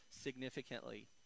significantly